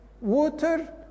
water